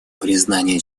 признания